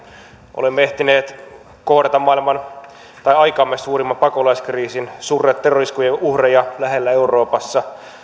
olemme ehtineet kohdata aikamme suurimman pakolaiskriisin surra terrori iskujen uhreja lähellä euroopassa